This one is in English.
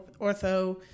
ortho